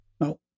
No